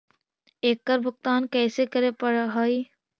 एकड़ भुगतान कैसे करे पड़हई?